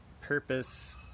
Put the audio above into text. purpose